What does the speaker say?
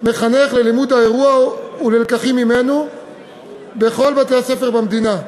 מחנך ללימוד האירוע והלקחים ממנו בכל בתי-הספר במדינה.